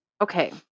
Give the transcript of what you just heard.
okay